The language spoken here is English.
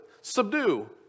subdue